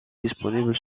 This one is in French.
disponible